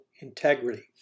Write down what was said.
Integrity